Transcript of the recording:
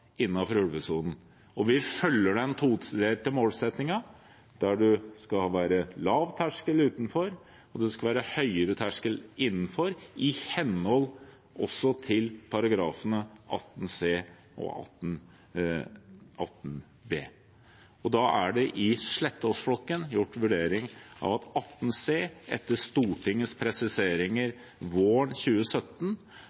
innenfor ulvesonen. Vi følger den todelte målsettingen, der det skal være lav terskel utenfor og høyere terskel innenfor, også i henhold til §§ 18 c og 18 b. For Slettås-flokken er det vurdert at det etter Stortingets presiseringer våren 2017 er hjemmel for uttak etter § 18 c.